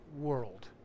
world